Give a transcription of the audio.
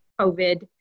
COVID